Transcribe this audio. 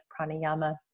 pranayama